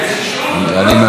כמה שתרצה.